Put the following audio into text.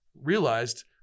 realized